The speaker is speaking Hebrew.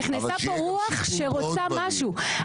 נכנסה פה רוח שרוצה משהו.